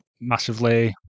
massively